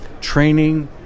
training